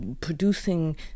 producing